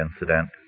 incident